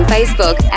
Facebook